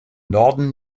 norden